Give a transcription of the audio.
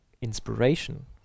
inspiration